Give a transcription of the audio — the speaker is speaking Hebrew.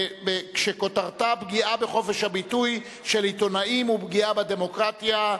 שכותרתה: פגיעה בחופש הביטוי של עיתונאים ופגיעה בדמוקרטיה,